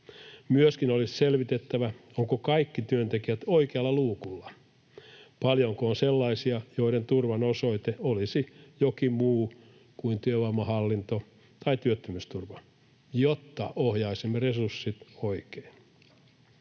Myöskin olisi selvitettävä, ovatko kaikki työntekijät oikealla luukulla — paljonko on sellaisia, joiden turvan osoite olisi jokin muu kuin työvoimahallinto tai työttömyysturva, jotta ohjaisimme resurssit oikein.